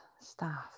staff